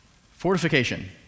fortification